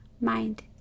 mind